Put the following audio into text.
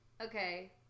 Okay